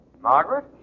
Margaret